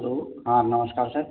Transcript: hello हाँ नमस्कार sir